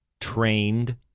trained